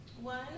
one